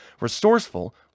resourceful